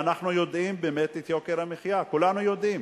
ואנחנו יודעים באמת את יוקר המחיה, כולנו יודעים,